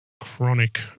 chronic